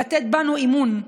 לתת בו אמון,